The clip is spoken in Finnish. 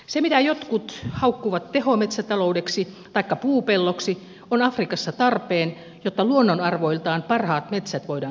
se mitä jotkut haukkuvat tehometsätaloudeksi taikka puupelloksi on afrikassa tarpeen jotta luonnonarvoiltaan parhaat metsät voidaan suojella